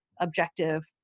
objective